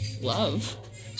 love